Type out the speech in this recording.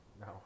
No